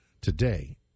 today